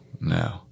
No